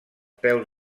peus